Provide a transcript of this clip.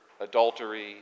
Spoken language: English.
adultery